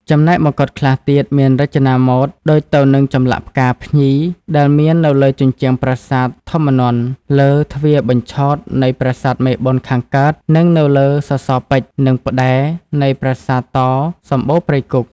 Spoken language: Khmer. ចំណែកមកុដខ្លះទៀតមានរចនាម៉ូតដូចទៅនិងចម្លាក់ផ្កា ភ្ញីដែលមាននៅលើជញ្ជ្រាំប្រាសាទធម្មនន្ទ លើទ្វារបញ្ឆោតនៃប្រាសាទមេបុណ្យខាងកើតនិង នៅលើសរសរពេជ្រ និងផ្ដែរ នៃប្រាសាទតោ សំបូរព្រៃគុក។